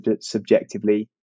subjectively